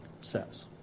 says